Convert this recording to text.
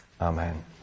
Amen